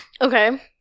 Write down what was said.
Okay